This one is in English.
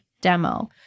demo